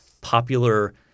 popular